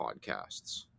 podcasts